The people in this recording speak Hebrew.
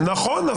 נכון.